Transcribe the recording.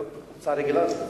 לא, הצעה רגילה.